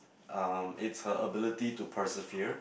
um it's her ability to persevere